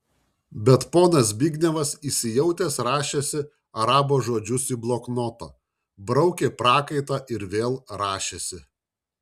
bet ponas zbignevas įsijautęs rašėsi arabo žodžius į bloknotą braukė prakaitą ir vėl rašėsi